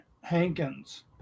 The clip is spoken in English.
Hankins